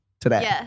today